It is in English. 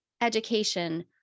education